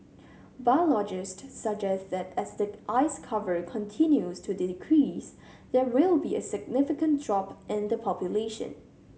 biologist suggest that as the ice cover continues to decrease there will be a significant drop in the population